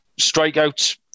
strikeouts